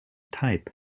type